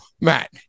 Matt